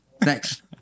Thanks